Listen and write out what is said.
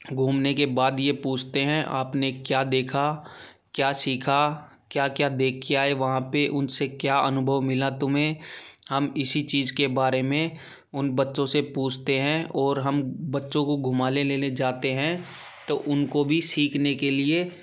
घूमने के बाद यह पूछते हैं आपने क्या देखा क्या सीखा क्या क्या देखकर आए वहाँ पर उनसे क्या अनुभव मिला तुम्हें हम इसी चीज़ के बारे में उन बच्चों से पूछते हैं और हम बच्चों को घुमा ले लेने जाते हैं तो उनको भी सीखने के लिए